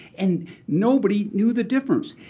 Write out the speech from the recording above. and nobody knew the difference.